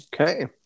Okay